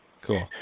Cool